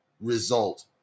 result